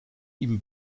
ihm